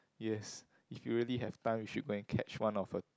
yes if you really have time you should really go and catch one of her